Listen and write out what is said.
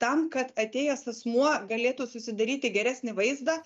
tam kad atėjęs asmuo galėtų susidaryti geresnį vaizdą